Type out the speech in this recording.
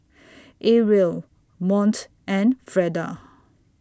Arielle Mont and Freda